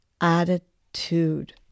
attitude